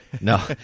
No